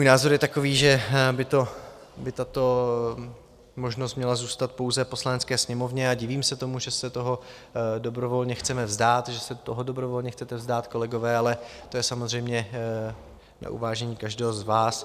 Můj názor je takový, že by tato možnost měla zůstat pouze Poslanecké sněmovně, a divím se tomu, že se toho dobrovolně chceme vzdát, že se toho dobrovolně chcete vzdát, kolegové, ale to je samozřejmě na uvážení každého z vás.